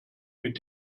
mit